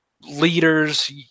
leaders